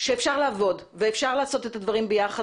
שאפשר לעבוד ואפשר לעשות את הדברים ביחד